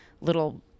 little